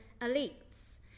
elites